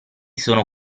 sono